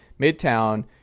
Midtown